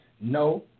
No